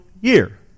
year